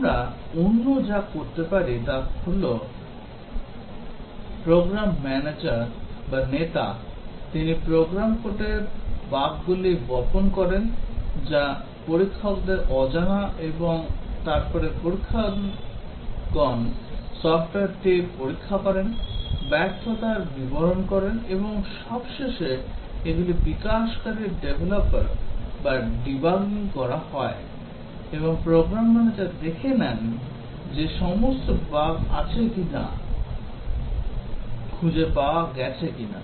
আমরা অন্য যা করতে পারি তা হল প্রোগ্রাম ম্যানেজার বা নেতা তিনি প্রোগ্রাম কোডে বাগগুলি বপন করেন যা পরীক্ষকদের অজানা এবং তারপরে পরীক্ষকগণ সফ্টওয়্যারটি পরীক্ষা করেন ব্যর্থতার বিবরণ করেন এবং তারপরে এগুলি বিকাশকারীদের দ্বারা ডিবাগ করা হয় এবং প্রোগ্রাম ম্যানেজার দেখে নেন যে সমস্ত বাগ আছে কিনা খুঁজে পাওয়া গেছে কিনা